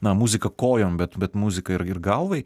na muzika kojom bet bet muzika ir galvai